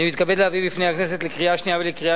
אני מתכבד להביא בפני הכנסת לקריאה השנייה ולקריאה